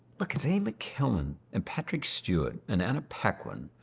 look, it's ian mckellen and patrick stewart and anna paquin.